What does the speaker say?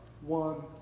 one